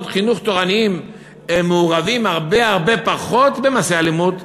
חינוך תורניים מעורבים הרבה הרבה פחות במעשי אלימות,